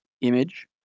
Image